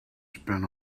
spent